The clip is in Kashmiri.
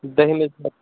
دٔہمِس ڈیٚٹس